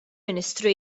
ministru